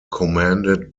commanded